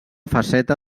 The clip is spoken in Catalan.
faceta